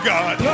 God